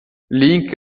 link